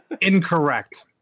Incorrect